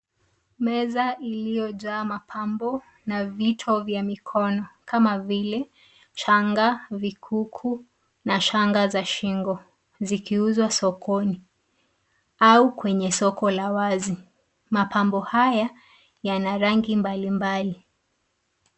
Meza iliyojaa mapambo na vito vya mikono kama vile shanga, vikuku na shanga za shingo zikuzwa sokoni au kwenye soko la wazi. Mapambo haya yana rangi mbalimbali.